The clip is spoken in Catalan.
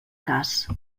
cas